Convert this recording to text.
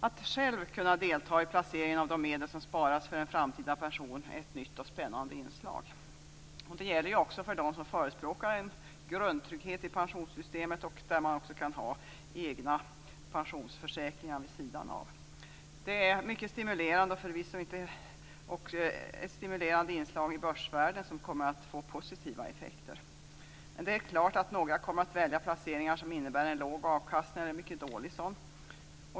Att själv kunna delta i placeringen av de medel som sparas för en framtida pension är ett nytt och spännande inslag. Det gäller även för dem som förespråkar en grundtrygghet i pensionssystemet där man också kan ha egna pensionsförsäkringar vid sidan. Det är mycket stimulerande och förvisso ett inslag i börsvärlden som kommer att få positiva effekter. Men det är klart att några kommer att välja placeringar som innebär en låg avkastning eller en mycket dålig sådan.